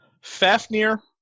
Fafnir